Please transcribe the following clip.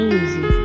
easy